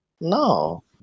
No